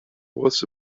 was